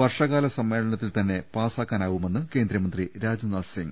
വർഷകാല സമ്മേ ളനത്തിൽ തന്നെ പാസാക്കാനാകുമെന്ന് കേന്ദ്രമന്ത്രി രാജ്നാഥ് സിങ്ങ്